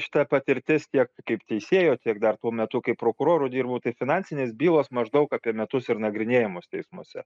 šita patirtis tiek kaip teisėjo tiek dar tuo metu kaip prokuroru dirbau tai finansinės bylos maždaug apie metus nagrinėjamos teismuose